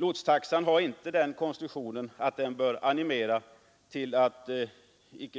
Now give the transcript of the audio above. Lotstaxan har den konstruktionen att den bör animera till att